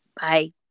bye